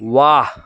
वाह